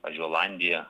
pavyzdžiui olandija